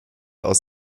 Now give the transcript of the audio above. aus